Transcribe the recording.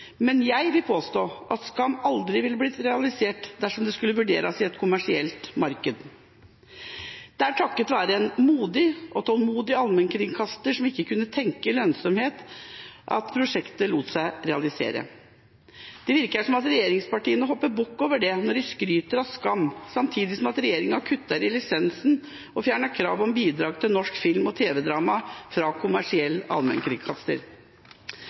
Men jeg vil påstå at Skam aldri ville blitt realisert dersom det skulle vurderes i et kommersielt marked. Det er takket være en modig og tålmodig allmennkringkaster som ikke kun tenker lønnsomhet, at prosjektet lot seg realisere. Det virker som regjeringspartiene hopper bukk over dette når de skryter av Skam, samtidig som regjeringa kutter i lisensen og fjerner krav om bidrag til norsk film og tv-drama fra kommersiell allmennkringkaster.